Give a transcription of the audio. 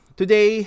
today